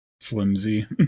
flimsy